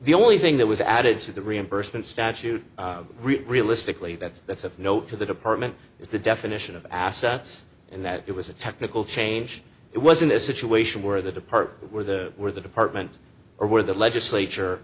the only thing that was added to the reimbursement statute realistically that's that's a note to the department is the definition of assets and that it was a technical change it was in a situation where the depart were the were the department or the legislature